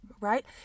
right